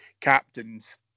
captains